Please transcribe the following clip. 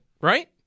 right